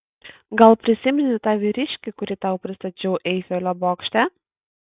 gal prisimeni tą vyriškį kurį tau pristačiau eifelio bokšte